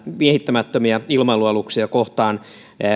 miehittämättömiä ilmailualuksia kohtaan